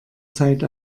zeit